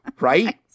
Right